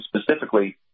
specifically